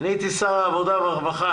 הייתי שר העבודה והרווחה,